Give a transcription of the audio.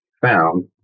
found